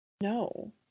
No